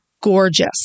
gorgeous